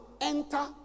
enter